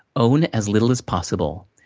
own as little as possible,